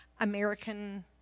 American